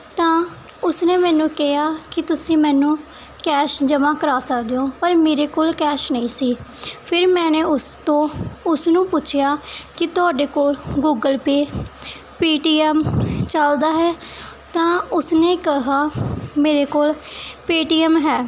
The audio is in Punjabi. ਤਾਂ ਉਸਨੇ ਮੈਨੂੰ ਕਿਹਾ ਕਿ ਤੁਸੀਂ ਮੈਨੂੰ ਕੈਸ਼ ਜਮਾਂ ਕਰਾ ਸਕਦੇ ਹੋ ਪਰ ਮੇਰੇ ਕੋਲ ਕੈਸ਼ ਨਹੀਂ ਸੀ ਫਿਰ ਮੈਂ ਉਸ ਤੋਂ ਉਸਨੂੰ ਪੁੱਛਿਆ ਕਿ ਤੁਹਾਡੇ ਕੋਲ Google Pay Paytm ਚਲਦਾ ਹੈ ਤਾਂ ਉਸਨੇ ਕਿਹਾ ਮੇਰੇ ਕੋਲ ਪੇਟੀਐਮ ਹੈ